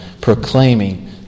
Proclaiming